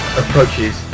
approaches